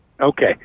Okay